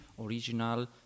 original